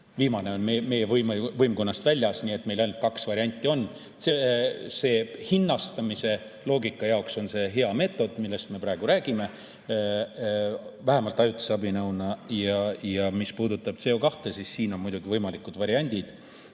Viimane on meie võimkonnast väljas, nii et meil ainult kaks varianti on. Hinnastamise loogika jaoks on see hea meetod, millest me praegu räägime, vähemalt ajutise abinõuna. Ja mis puudutab CO2, siis siin on muidugi võimalikud variandid.